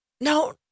No